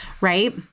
right